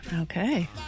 Okay